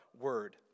word